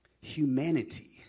humanity